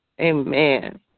Amen